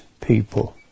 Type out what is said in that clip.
people